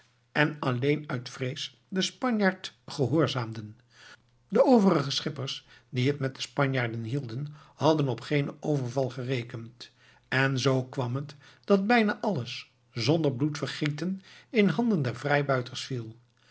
en alleen uit vrees den spanjaard gehoorzaamden de overige schippers die het met de spanjaarden hielden hadden op geenen overval gerekend en zoo kwam het dat bijna alles zonder bloedvergieten in handen der vrijbuiters viel